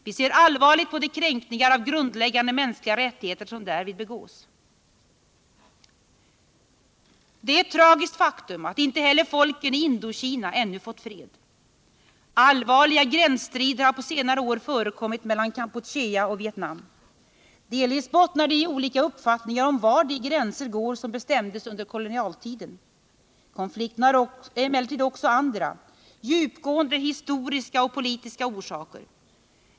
Vi ser allvarligt på de kränkningar av grundläggande mänskliga rättigheter som därvid begås. Det är ett tragiskt faktum att inte heller folken i Indokina ännu fått fred. Allvarliga gränsstrider har på senare år förekommit mellan Kampuchea och Vietnam. Delvis bottnar de i olika uppfattningar om var de gränser går som bestämdes under kolonialtiden. Konflikten har emellertid också andra djupgående historiska och politiska orsaker.